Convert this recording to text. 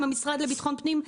עם המשרד לביטחון פנים,